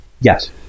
Yes